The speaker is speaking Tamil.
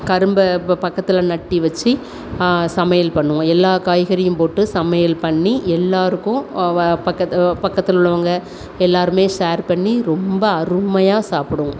கரும்பை பக்கத்தில் நட்டு வச்சு சமையல் பண்ணுவோம் எல்லா காய்கறியும் போட்டு சமையல் பண்ணி எல்லோருக்கும் பக்கத்து பக்கத்தில் உள்ளவங்க எல்லோருமே ஷேர் பண்ணி ரொம்ப அருமையாக சாப்பிடுவோம்